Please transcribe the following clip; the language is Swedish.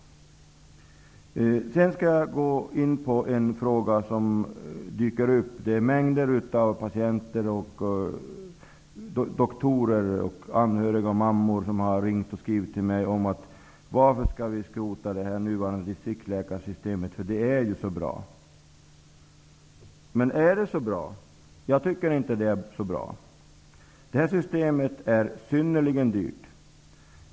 Låt mig sedan gå in på en fråga som ofta dyker upp. Det är mängder av patienter, doktorer, anhöriga och mammor som har ringt och skrivit till mig och frågat varför vi skall skrota det nuvarande distriktsläkarsystemet. De säger att det är så bra. Men är det så bra egentligen? Jag tycker inte det. Det här systemet är synnerligen dyrt.